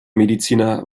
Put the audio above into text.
mediziner